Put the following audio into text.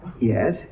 Yes